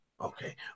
Okay